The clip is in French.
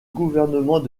gouvernement